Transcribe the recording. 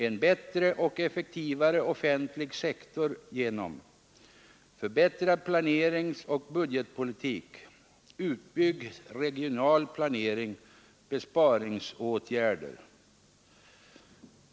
En bättre och effektivare offentlig sektor genom besparingsåtgärder.